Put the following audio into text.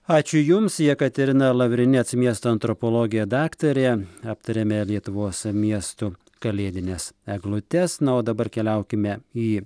ačiū jums jekaterina lavrinec miesto antropologė daktarė aptarėme lietuvos miestų kalėdines eglutes na o dabar keliaukime į